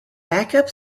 backup